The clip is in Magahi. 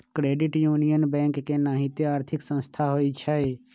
क्रेडिट यूनियन बैंक के नाहिते आर्थिक संस्था होइ छइ